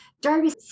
Darby